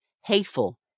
hateful